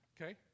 okay